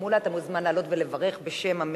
ואנחנו נעבור לתוצאה: